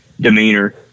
demeanor